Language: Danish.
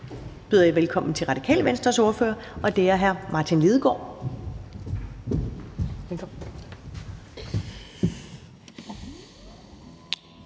byder jeg velkommen til Radikale Venstres ordfører, og det er hr. Martin Lidegaard.